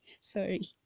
sorry